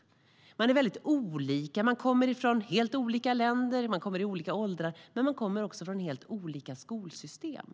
De är olika och kommer från olika länder, men de kommer också från helt olika skolsystem.